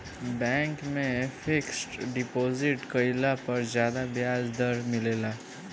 bank में fixed deposit कईला पर ज्यादा ब्याज दर मिलेला